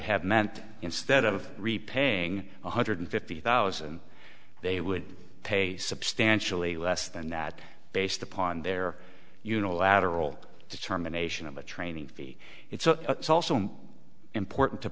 have meant instead of repaying one hundred fifty thousand they would pay substantially less than that based upon their unilateral determination of a training fee it's also important to